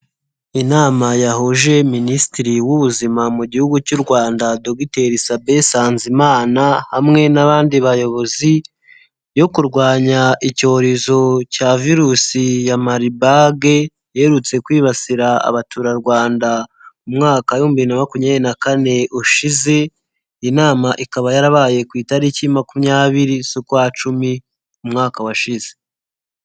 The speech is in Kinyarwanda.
Inama yahuje Minisitiri w'ubuzima mu gihugu cy'u Rwanda Dr, Sabe NSANZIMANA, hamwe n'abandi bayobozi, yo kurwanya icyorezo cya virusi ya maribage, iherutse kwibasira abaturarwanda mu umwaka ibihumbi na makumyabiri na kane ushize, inama ikaba yarabaye ku itariki makumyabiri z'ukwa cumi umwaka washize.